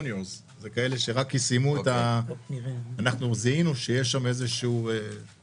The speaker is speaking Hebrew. אנחנו עובדים בשיתוף פעולה כדי לראות איך רשות